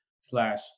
slash